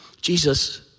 Jesus